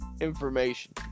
information